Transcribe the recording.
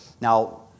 now